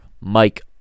Mike